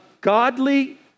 godly